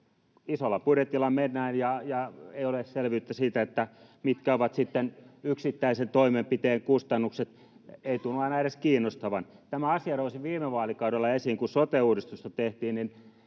Isolla budjetilla mennään, ja ei ole selvyyttä siitä, mitkä ovat sitten yksittäisen toimenpiteen kustannukset — ei tunnu aina edes kiinnostavan. Tämä asia nousi viime vaalikaudella esiin, kun sote-uudistusta tehtiin.